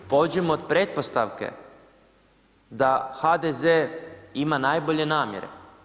Pođimo od pretpostavke, da HDZ ima najbolje namjere.